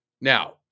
Now